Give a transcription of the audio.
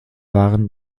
waren